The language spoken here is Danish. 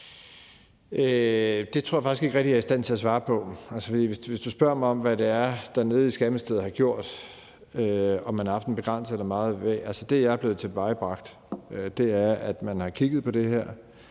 Det tror jeg faktisk ikke rigtig jeg er i stand til at svare på. Hvis du spørger mig om, hvad det er, der er sket nede i Skatteministeriet, vil jeg sige, at det, jeg er blevet tilvejebragt, er, at man har kigget på det her,